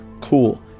cool